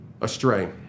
astray